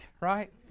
right